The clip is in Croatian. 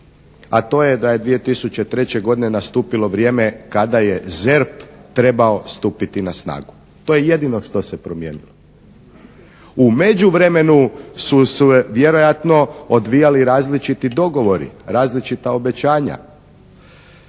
a to je da je 2003. godine nastupilo vrijeme kada je ZERP trebao stupiti na snagu. To je jedino što se promijenilo. U međuvremenu su se vjerojatno odvijali različiti dogovori, različita obećanja.